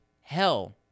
hell